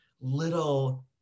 little